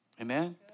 Amen